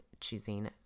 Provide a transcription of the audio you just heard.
choosing